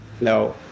No